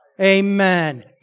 amen